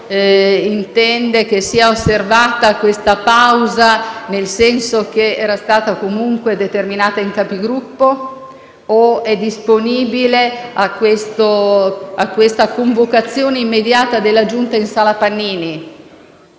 intende che sia osservata questa pausa nel senso che era stata comunque determinata nella Conferenza dei Capigruppo, o se è disponibile a questa convocazione immediata della Giunta in Sala Pannini.